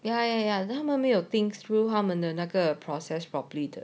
ya ya ya then 他们没有 think through 他们的那个 process properly 的